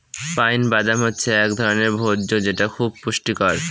pine বাদাম হচ্ছে এক ধরনের ভোজ্য যেটা খুব পুষ্টিকর